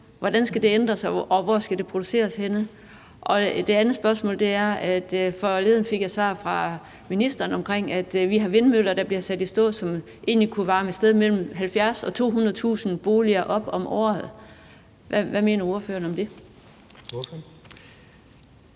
hvordan det skal ændres, og hvor de skal produceres henne? Mit andet spørgsmål er: Forleden fik jeg svar fra ministeren om, at vi har vindmøller, der bliver sat i stå, som egentlig kunne varme et sted mellem 70.000 og 200.000 boliger op om året. Hvad mener ordføreren om det?